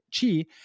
chi